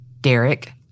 Derek